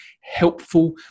helpful